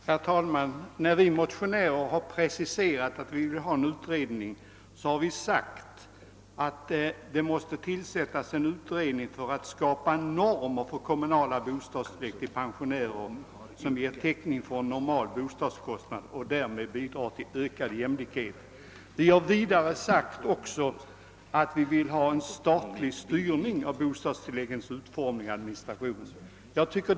Herr talman! Vi motionärer har när vi preciserat vårt önskemål om en utredning uttalat, att denna skall syfta till att skapa normer för kommunala bostadstillägg för pensionärer som ger täckning för en normal bostadskostnad och därmed bidrar till ökad jämlikhet. Vi har vidare framhållit att vi vill ha en statlig styrning av bostadstilläggens utformning och administration.